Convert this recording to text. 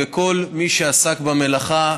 וכל מי שעסק במלאכה.